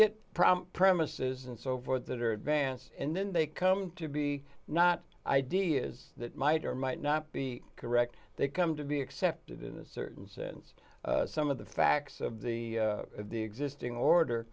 prompt premises and so forth that are advanced and then they come to be not ideas that might or might not be correct they come to be accepted in a certain sense some of the facts of the of the existing order